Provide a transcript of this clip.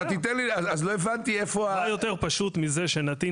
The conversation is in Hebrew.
אז לא הבנתי איפה ה- -- מה יותר פשוט מזה שנתין